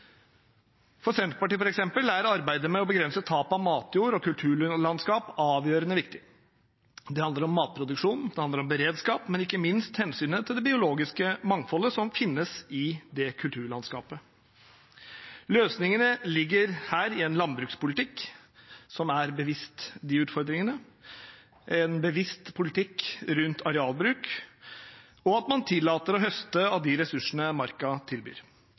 For Senterpartiet, f.eks., er arbeidet med å begrense tapet av matjord og kulturlandskap avgjørende viktig. Det handler om matproduksjon, det handler om beredskap, men ikke minst handler det om hensynet til det biologiske mangfoldet som finnes i det kulturlandskapet. Løsningene her ligger i en landbrukspolitikk som er bevisst disse utfordringene, en bevisst politikk rundt arealbruk, og at man tillater å høste av de ressursene marka tilbyr.